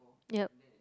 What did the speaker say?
ya